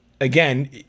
again